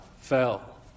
fell